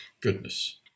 Goodness